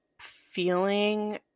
feeling